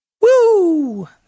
Woo